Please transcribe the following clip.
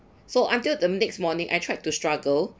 so until the next morning I tried to struggle